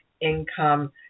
income